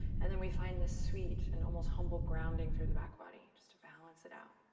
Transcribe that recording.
and then we find this sweet and almost humble grounding through the back body. just balance it out.